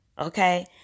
Okay